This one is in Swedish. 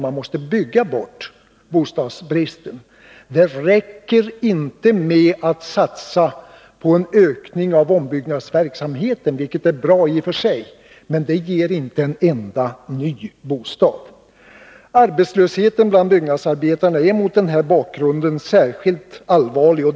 Man måste bygga bort bostadsbristen. Det räcker inte att satsa på en ökning av ombyggnadsverksamheten; det är bra i och för sig, men det ger inte en enda ny bostad. Arbetslösheten bland byggnadsarbetarna är mot den här bakgrunden särskilt allvarlig.